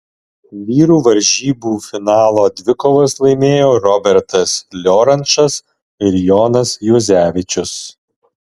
vyrų varžybų finalo dvikovas laimėjo robertas liorančas ir jonas juozevičius